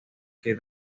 que